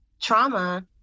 trauma